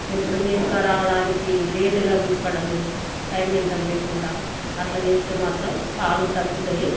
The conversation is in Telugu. లేకుంటే మేపుకు రావడానికి లేటుగా విప్పడము టైం మెయింటెయిన్ లేకుండా అట్లా చేస్తే మాత్రం పాలు తగ్గుతాయి